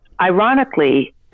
ironically